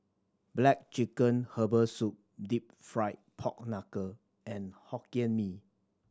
black chicken herbal soup Deep Fried Pork Knuckle and Hokkien Mee